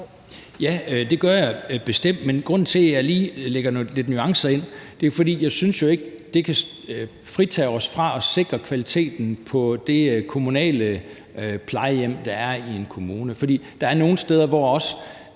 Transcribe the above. Ja, det gør jeg bestemt. Men grunden til, at jeg lige lægger nogle nuancer ind, er, at jeg jo ikke synes, at de kan fritages fra at sikre kvaliteten på det kommunale plejehjem, der er i en kommune. For der er også nogle steder, hvor